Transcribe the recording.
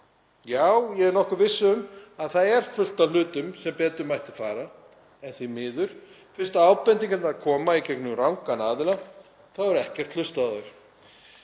Já, ég er nokkuð viss um að það er fullt af hlutum sem betur mættu fara en því miður, fyrst ábendingarnar koma í gegnum rangan aðila, er ekkert hlustað